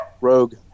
Rogue